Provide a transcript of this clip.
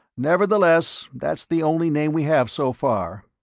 nevertheless that's the only name we have so far.